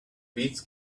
weeds